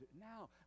now